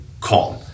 calm